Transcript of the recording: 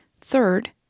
Third